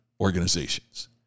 organizations